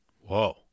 Whoa